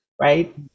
right